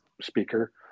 speaker